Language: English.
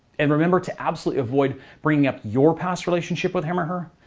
and remember to absolutely avoid bringing up your past relationship with him or her.